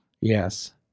Yes